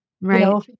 Right